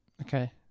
Okay